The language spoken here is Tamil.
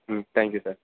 ம் தேங்க் யூ சார்